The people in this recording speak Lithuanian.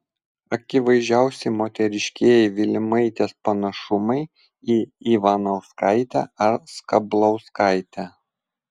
akivaizdžiausi moteriškieji vilimaitės panašumai į ivanauskaitę ar skablauskaitę